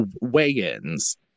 weigh-ins